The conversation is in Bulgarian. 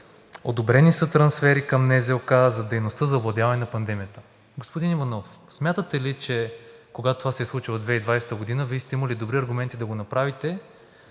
одобрени са трансфери към НЗОК за дейността за овладяване на пандемията. Господин Иванов, смятате ли, че когато това се е случило 2020 г., Вие сте имали добри аргументи да го направите,